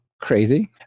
crazy